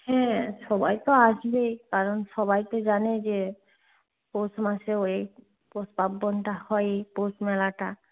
হ্যাঁ সবাই তো আসবে কারণ সবাই তো জানে যে পৌষ মাসে ওই পৌষ পার্বনটা হয় পৌষ মেলাটা